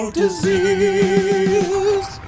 disease